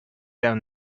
down